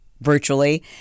virtually